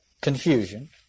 confusion